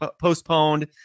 postponed